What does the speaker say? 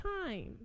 time